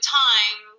time